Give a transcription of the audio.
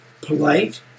polite